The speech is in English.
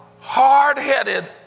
hard-headed